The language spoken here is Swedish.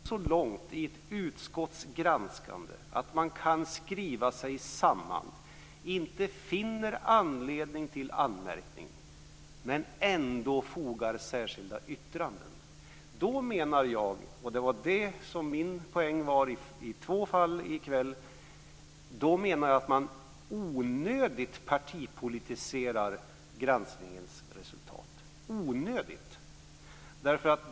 Fru talman! Det var intressant för mig som ledamot av denna ärorika riksdag och i detta ärorika utskott att följa en granskning. Det har varit oerhört arbetskrävande. Arbetet har varit tålamodskrävande, mycket noggrant och tidskrävande och lite spännande. Inte minst när vi har försökt att få ihop det på slutet. Att man, när vi har kommit så långt i utskottets granskande att vi kan skriva oss samman och inte finner anledning till anmärkning, ändå fogar särskilda yttranden, då menar jag - och det är det som varit min poäng i två fall i kväll - att man onödigtvis partipolitiserar granskningens resultat. Det är onödigt.